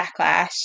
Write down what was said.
backlash